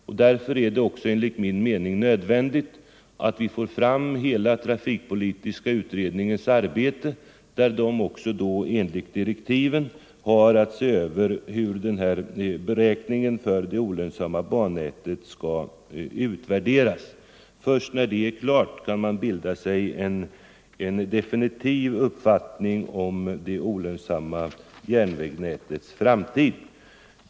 Enligt min mening är det också nödvändigt att vi får hela trafikpolitiska utredningens betänkande, där utredningen enligt direktiven har sett över hur beräkningen för det olönsamma bannätet skall utvärderas. Först när den saken är klar bör man bilda sig en definitiv uppfattning om det olönsamma järnvägsnätets framtid.